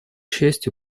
счастью